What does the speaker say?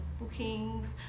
bookings